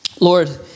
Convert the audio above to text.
Lord